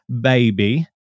baby